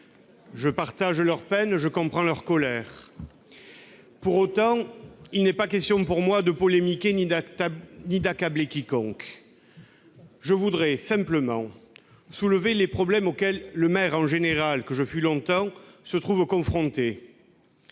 Je partage leur peine, je comprends leur colère. Pour autant, il n'est pas question pour moi de polémiquer ni d'accabler quiconque. Je voudrais simplement soulever les problèmes auxquels les maires- j'en fus longtemps un -se trouvent confrontés.